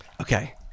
Okay